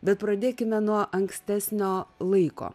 bet pradėkime nuo ankstesnio laiko